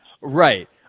Right